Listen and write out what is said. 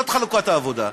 זאת חלוקת העבודה.